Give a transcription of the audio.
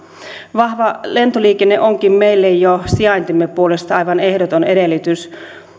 vahva lentoliikenne onkin meille jo sijaintimme puolesta aivan ehdoton edellytys